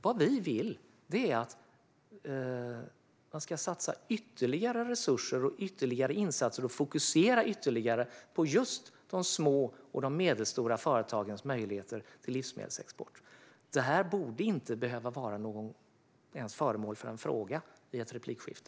Vad vi vill är att man ska satsa ytterligare resurser, göra ytterligare insatser och fokusera ytterligare på just de små och medelstora företagens möjligheter till livsmedelsexport. Det här borde inte ens behöva vara föremål för en fråga i ett replikskifte.